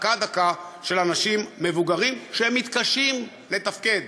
דקה-דקה של אנשים מבוגרים שמתקשים לתפקד,